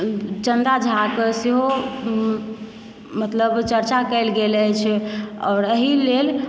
चन्दा झाकऽ सेहो मतलब चर्चा कयल अछि आओर एहि लेल